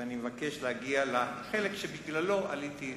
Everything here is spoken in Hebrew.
ואני מבקש להגיע לחלק שבגללו עליתי לדוכן.